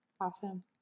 Awesome